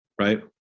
right